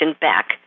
back